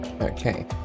Okay